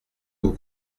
vous